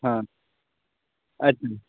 हॅं अच्छा